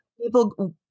people